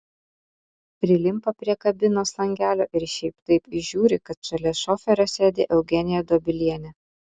prilimpa prie kabinos langelio ir šiaip taip įžiūri kad šalia šoferio sėdi eugenija dobilienė